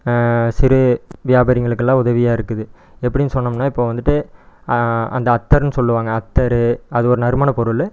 சிறு வியாபாரிங்களுக்கெலாம் உதவியாக இருக்குது எப்படி சொன்னோம்னா இப்போது வந்துட்டு அந்த அத்தர்னு சொல்லுவாங்க அத்தர் அது ஒரு நறுமண பொருள்